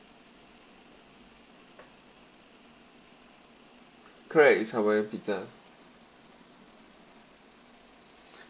correct it's hawaiian pizza